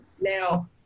Now